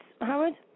Howard